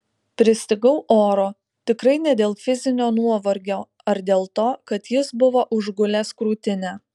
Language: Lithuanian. pristigau oro tikrai ne dėl fizinio nuovargio ar dėl to kad jis buvo užgulęs krūtinę